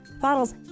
bottles